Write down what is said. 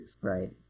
Right